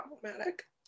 problematic